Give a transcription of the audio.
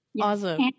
awesome